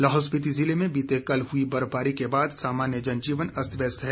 लाहौल स्पीति जिले में बीते कल हुई बर्फबारी के बाद सामान्य जनजीवन अस्त व्यस्त है